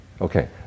Okay